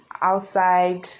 outside